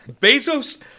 Bezos